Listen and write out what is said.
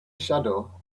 shadow